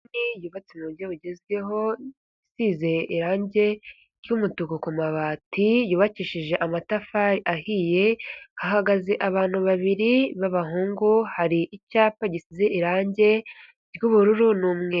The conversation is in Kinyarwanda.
Inzu nini yubatswe mu buryo bugezweho isize irangi ry'umutuku ku mabati, yubakishije amatafari ahiye, hahagaze abantu babiri b'abahungu, hari icyapa gisize irangi ry'ubururu n'umweru.